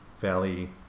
Valley